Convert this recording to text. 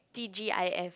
T_G_I_F